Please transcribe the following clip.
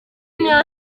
niyo